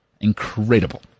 Incredible